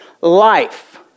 life